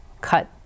cut